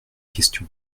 question